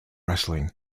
wrestling